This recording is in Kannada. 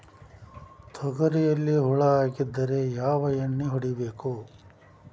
ತೊಗರಿಯಲ್ಲಿ ಹುಳ ಆಗಿದ್ದರೆ ಯಾವ ಎಣ್ಣೆ ಹೊಡಿಬೇಕು?